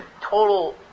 total